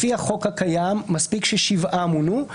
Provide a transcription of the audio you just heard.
לפי החוק הקיים מספיק ששבעה מונו.